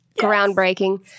Groundbreaking